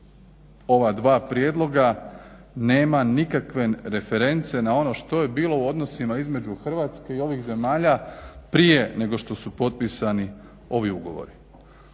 ova dva prijedloga nema nikakve reference na ono što je bilo u odnosima između Hrvatske i ovih zemalja prije nego što su potpisani ovi ugovori.